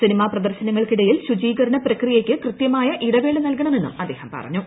cinema പ്രദർശനങ്ങൾക്കിടയിൽ ശുചീകരണ പ്രക്രിയയ്ക്ക് കൃത്യമായ ഇടവേള നൽകണമെന്നും അദ്ദേഹം പറഞ്ഞു